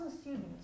students